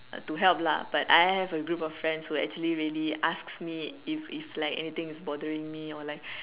uh to help lah but I have a group of friends who actually really asks me if if like anything is bothering me or like